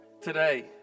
today